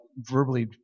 verbally